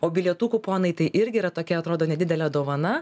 o bilietų kuponai tai irgi yra tokia atrodo nedidelė dovana